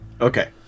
Okay